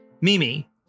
Mimi